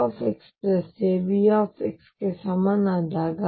ಆದ್ದರಿಂದ V xa V ಗೆ ಸಮನಾದಾಗ